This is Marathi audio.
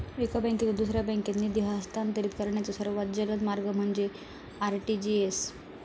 एका बँकेतून दुसऱ्या बँकेत निधी हस्तांतरित करण्याचो सर्वात जलद मार्ग म्हणजे आर.टी.जी.एस